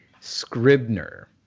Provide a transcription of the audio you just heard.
Scribner